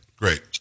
Great